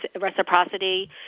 reciprocity